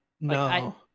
No